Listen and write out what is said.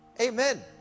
Amen